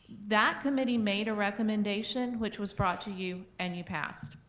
that committee made a recommendation, which was brought to you and you passed.